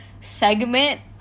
segment